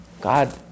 God